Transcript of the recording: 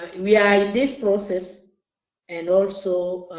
we are in this process and also,